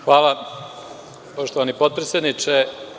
Hvala poštovani potpredsedniče.